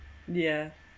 yeah